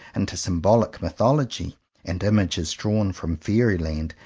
into symbolic mythology and images drawn from fairy-land,